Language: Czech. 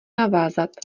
navázat